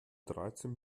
dreizehn